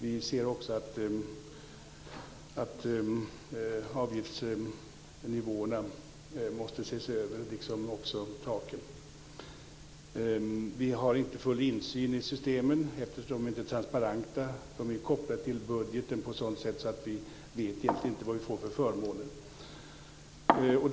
Vi ser att avgiftsnivåerna måste ses över, liksom också taken. Vi har inte full insyn i systemen eftersom de inte är transparenta. De är kopplade till budgeten på ett sådant sätt att vi egentligen inte vet vilka förmåner vi får.